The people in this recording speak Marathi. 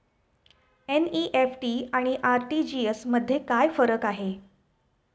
एन.इ.एफ.टी आणि आर.टी.जी.एस मध्ये काय फरक आहे?